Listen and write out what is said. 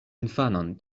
infanon